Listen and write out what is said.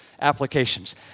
applications